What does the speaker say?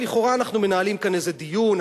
לכאורה אנחנו מנהלים כאן איזה דיון,